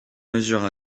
mesures